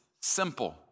simple